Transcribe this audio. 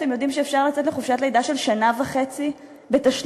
אתם יודעים שאפשר לצאת לחופשת לידה של שנה וחצי בתשלום?